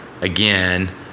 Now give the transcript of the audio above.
again